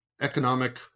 economic